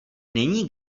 není